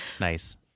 Nice